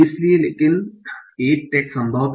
इसलिए केवल एक टैग संभव था